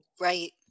Right